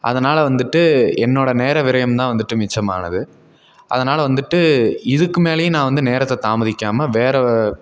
அதனால் வந்துட்டு என்னோடய நேர விரயம் தான் வந்துட்டு மிச்சமானது அதனால் வந்துட்டு இதுக்கு மேலையும் நான் வந்து நேரத்தை தாமதிக்காமல் வேறு